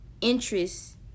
interest